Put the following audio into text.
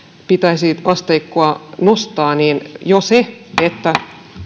pitäisi asteikkoa nostaa niin jo se että